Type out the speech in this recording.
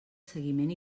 seguiment